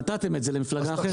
נתתם את זה למפלגה אחרת.